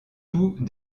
tout